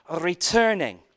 returning